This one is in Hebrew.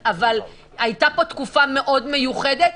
הייתה פה תקופה מאוד מיוחדת,